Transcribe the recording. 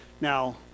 Now